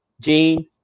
Gene